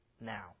now